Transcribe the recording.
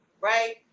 right